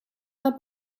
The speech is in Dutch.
naar